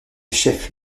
chef